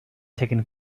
taken